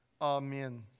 Amen